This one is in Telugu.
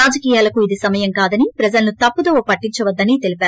రాజకీయాలకు ఇది సమయం కాదని ప్రజలను తప్పుదోవ పట్టించావద్దని అన్నారు